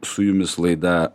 su jumis laida